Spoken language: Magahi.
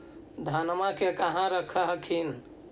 धनमा के कहा रख हखिन?